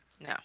No